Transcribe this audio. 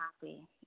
happy